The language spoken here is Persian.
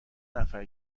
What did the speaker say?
نفر